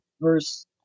verse